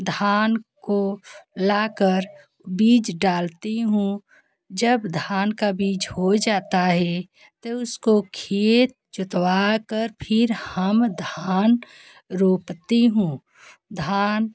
धान को लाकर बीज डालती हूँ जब धान का बीज हो जाता है तो उसको खेत जुतवाकर फिर हम धान रोपती हूँ धान